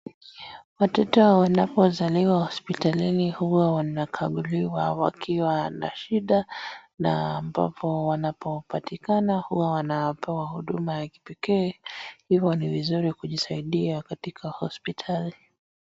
Watoto wanapozaliwa hospitalini huwa wanakaguliwa wakiwa na shida na ambapo wanapopatikana huwa wanapewa huduma ya kipekee hivo ni vizuri kujisaidia katika hospitali